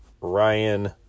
Ryan